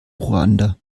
ruanda